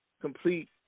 complete